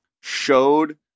showed